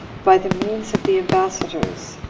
by the means of the ambassadors,